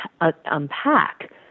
unpack